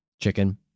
chicken